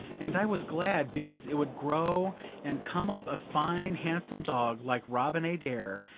and i was glad, because it would grow and come up a fine handsome dog, like robin adair,